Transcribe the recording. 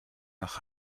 nach